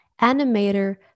animator